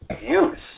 use